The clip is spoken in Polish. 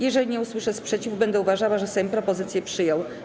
Jeżeli nie usłyszę sprzeciwu, będę uważała, że Sejm propozycje przyjął.